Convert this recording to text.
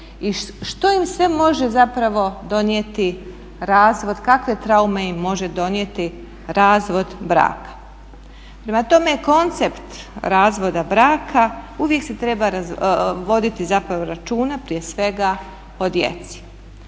što im sve može zapravo donijeti razvod, kakve traume im može donijeti razvod braka. Prema tome, koncept razvoda braka uvijek se treba voditi zapravo računa prije svega o djeci.